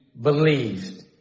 believed